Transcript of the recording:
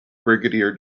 brigadier